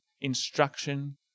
instruction